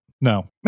no